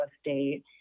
State